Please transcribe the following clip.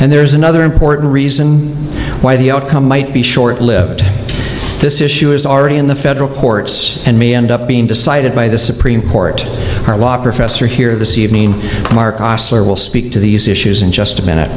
and there's another important reason why the outcome might be short lived this issue is already in the federal courts and may end up being decided by the supreme court or law professor here this evening or will speak to these issues in just a minute